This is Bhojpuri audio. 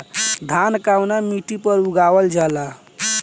धान कवना मिट्टी पर उगावल जाला?